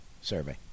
survey